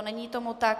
Není tomu tak.